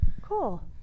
Cool